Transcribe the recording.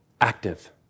active